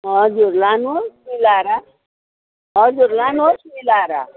हजुर लानुहोस् मिलाएर हजुर लानुहोस् मिलाएर